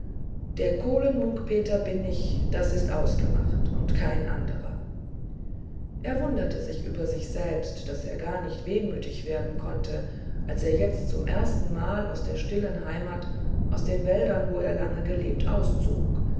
der kohlen munk peter bin ich das ist ausgemacht und kein anderer er wunderte sich über sich selbst daß er gar nicht wehmütig werden konnte als er jetzt zum erstenmal aus der stillen heimat aus den wäldern wo er so lange gelebt auszog